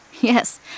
Yes